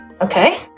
Okay